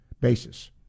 basis